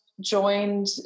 joined